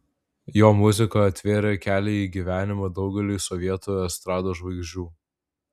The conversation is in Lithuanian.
jo muzika atvėrė kelią į gyvenimą daugeliui sovietų estrados žvaigždžių